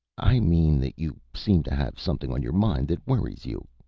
i mean that you seem to have something on your mind that worries you,